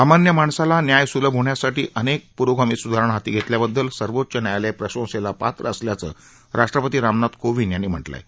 सामान्य माणसाला न्याय सुलभ होण्यासाठी अनेक पुरोगामी सुधारणा हाती घेतल्याबद्दल सर्वोच्च न्यायालय प्रशंसेला पात्र असल्याचं राष्ट्रपती रामनाथ कोविंद यांनी म्हटलं आहे